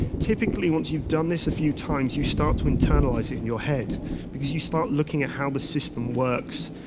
typically, once you've done this a few tiles, you start to internalise it in your head because you start looking at how the system works,